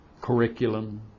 curriculum